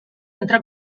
entre